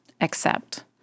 accept